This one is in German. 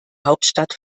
hauptstadt